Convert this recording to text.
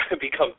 become